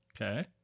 Okay